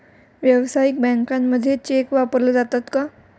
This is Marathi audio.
व्यावसायिक बँकांमध्ये चेक वापरले जातात का?